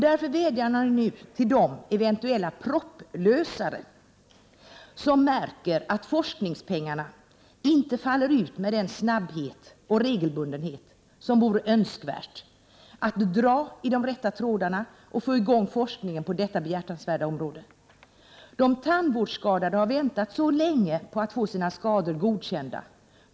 Därför vädjar man nu till de eventuella propplösare som märker att forskningspengarna inte faller ut med den snabbhet och regelbundenhet som vore önskvärd att dra i de rätta trådarna för att få i gång forskningen på detta behjärtansvärda område. De tandvårdsskadade har väntat så länge på att få sina skador godkända.